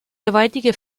gewaltige